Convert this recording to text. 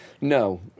No